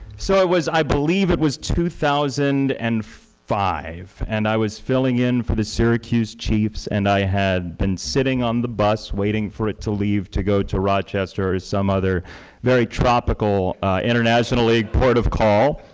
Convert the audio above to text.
so i was i believe it was two thousand and five and i was filling in for the syracuse chiefs and i had been sitting on the bus waiting for it to leave to go to rochester with some other very tropical international league part of call.